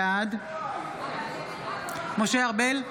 בעד משה ארבל,